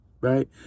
right